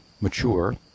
mature